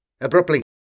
Abruptly